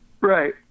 Right